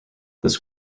this